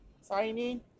Signing